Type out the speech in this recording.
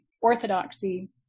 orthodoxy